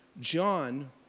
John